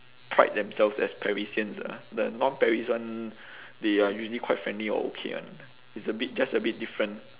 pride themselves as parisians ah the non paris one they are usually quite friendly or okay [one] it's a bit just a bit different